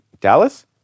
Dallas